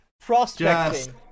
Prospecting